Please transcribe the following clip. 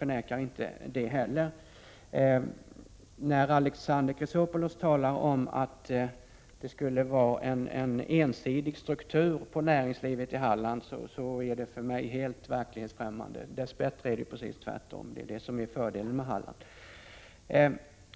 Det är för mig helt verklighetsfrämmande när Alexander Chrisopoulos talar om att det skulle vara en ensidig struktur på näringslivet i Halland. Dess bättre är det precis tvärtom, och det är det som är fördelen med Halland.